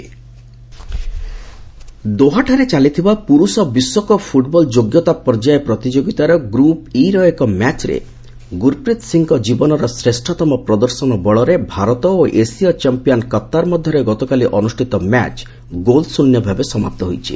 WC ଫୁଟ୍ବଲ୍ football ଚାଲିଥିବା ପୁରୁଷ ବିଶ୍ୱକପ୍ ପୁଟ୍ବଲ୍ ଯୋଗ୍ୟତା ପର୍ଯ୍ୟାୟ ପ୍ରତିଯୋଗିତାର ଗ୍ରପ୍ ଇ ର ଏକ ମ୍ୟାଚ୍ରେ ଗୁରୁପ୍ରୀତି ସିଂଙ୍କ ଜୀବନର ଶ୍ରେଷ୍ଠତମ ପ୍ରଦର୍ଶନ ବଳରେ ଭାରତ ଓ ଏସୀୟ ଚମ୍ପିୟାନ କଉାର ମଧ୍ୟରେ ଗତକାଲି ଅନୁଷ୍ଠିତ ମ୍ୟାଚ୍ ଗୋଲଶୃନ୍ୟ ଭାବେ ସମାପ୍ତ ହୋଇଛି